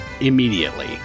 immediately